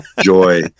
joy